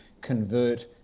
convert